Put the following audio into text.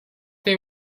they